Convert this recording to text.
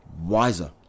wiser